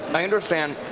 i understand,